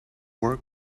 work